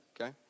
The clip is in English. okay